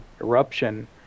Eruption